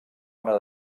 una